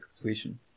completion